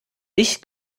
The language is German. ich